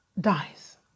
dies